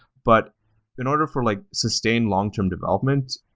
but in order for like sustained long term development,